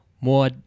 more